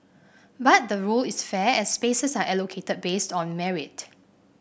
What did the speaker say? but the rule is fair as spaces are allocated based on merit